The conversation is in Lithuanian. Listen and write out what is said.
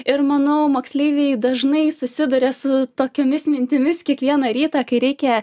ir manau moksleiviai dažnai susiduria su tokiomis mintimis kiekvieną rytą kai reikia